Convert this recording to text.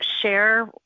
share